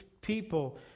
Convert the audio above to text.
people